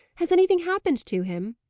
has anything happened to him?